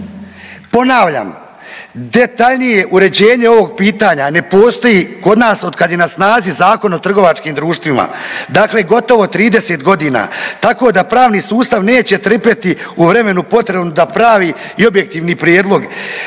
Ponavljam, detaljnije uređenje ovog pitanja ne postoji kod nas od kad je na snazi Zakon o trgovačkim društvima. Dakle, gotovo 30 godina. Tako da pravni sustav neće trpjeti u vremenu potrebnom da pravi i objektivni prijedlog